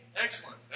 Excellent